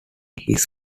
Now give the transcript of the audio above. his